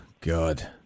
God